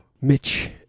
Mitch